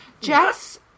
Jess